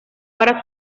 para